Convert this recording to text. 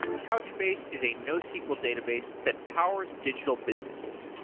couchbase is a nosql database that powers digital businesses.